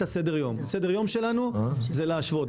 סדר היום שלנו הוא להשוות.